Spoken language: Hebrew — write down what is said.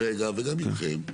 וגם מולכם.